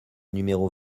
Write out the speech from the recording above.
numéro